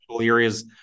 areas